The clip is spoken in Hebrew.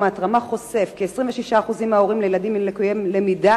ההתרמה חושף כי 26% מההורים לילדים לקויי למידה